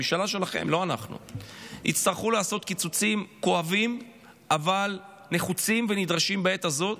הממשלה שלכם תצטרך לעשות קיצוצים כואבים אבל נחוצים ונדרשים בעת הזאת.